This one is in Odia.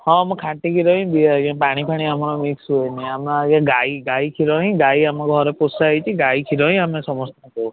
ହଁ ମୁଁ ଖାଣ୍ଟି କ୍ଷୀର ହିଁ ଦିଏ ଆଜ୍ଞା ପାଣିଫାଣି ଆମର ମିକ୍ସ ହୁଏନି ଆମର ଆଜ୍ଞା ଗାଈ ଗାଈ କ୍ଷୀର ହିଁ ଗାଈ ଆମର ଘରେ ପୋଷା ହେଇଛି ଗାଈ କ୍ଷୀର ହିଁ ଆମେ ସମସ୍ତେ ଦେଉ